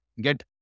get